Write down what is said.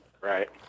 Right